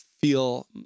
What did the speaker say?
feel